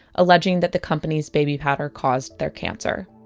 alleging that the company's baby powder caused their cancer.